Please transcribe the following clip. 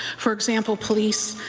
for example, police,